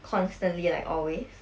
constantly like always